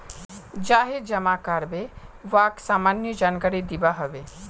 जाहें जमा कारबे वाक सामान्य जानकारी दिबा हबे